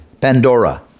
Pandora